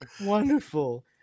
Wonderful